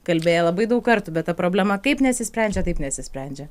kalbėję labai daug kartų bet ta problema kaip nesisprendžia taip nesisprendžia